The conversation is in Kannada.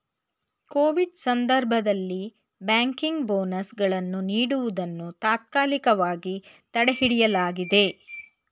ಕೋವಿಡ್ ಸಂದರ್ಭದಲ್ಲಿ ಬ್ಯಾಂಕಿಂಗ್ ಬೋನಸ್ ಗಳನ್ನು ನೀಡುವುದನ್ನು ತಾತ್ಕಾಲಿಕವಾಗಿ ತಡೆಹಿಡಿಯಲಾಗಿದೆ